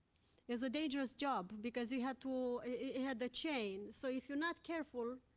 it was a dangerous job, because you had to it had the chain, so if you're not careful,